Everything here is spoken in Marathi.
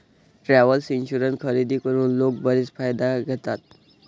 ट्रॅव्हल इन्शुरन्स खरेदी करून लोक बरेच फायदे घेतात